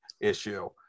issue